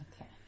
Okay